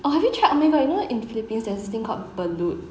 err have you oh my god you know in philippines there's this thing called balloon